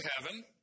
heaven